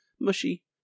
mushy